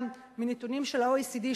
גם מנתונים של ה-OECD,